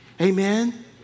Amen